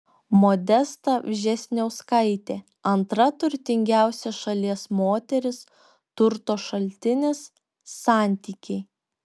modesta vžesniauskaitė antra turtingiausia šalies moteris turto šaltinis santykiai